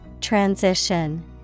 Transition